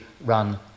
run